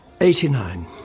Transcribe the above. Eighty-nine